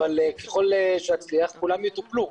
אבל ככל שאצליח, כולם יטופלו.